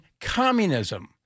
communism